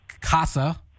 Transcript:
casa